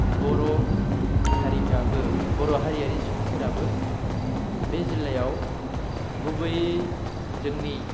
बर' हारियाबो बर'हारियारि सुबुंफोराबो बे जिल्लायाव गुबैयै जोंनि